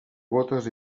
bótes